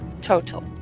total